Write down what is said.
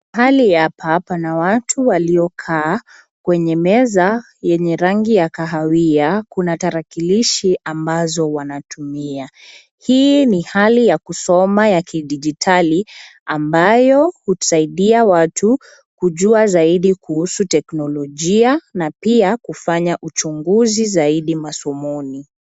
Mahali hapa pana watu waliokaa. Kwenye meza ya rangi ya kahawia kuna tarakilishi ambazo wanatumia. Hii ni hali ya kusoma ya kidigitali ambayo husaidia watu kujua zaidi kuhusu teknolojia na pia kufanya uchunguzi zaidi masomoni.